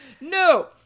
No